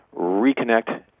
reconnect